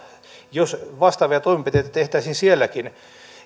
jos vastaavia toimenpiteitä tehtäisiin sielläkin